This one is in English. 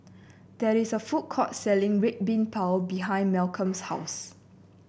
there is a food court selling Red Bean Bao behind Malcolm's house